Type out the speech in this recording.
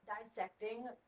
Dissecting